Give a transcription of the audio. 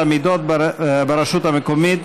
המידות בשלטון המקומי),